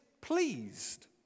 pleased